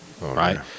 Right